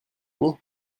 famille